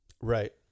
Right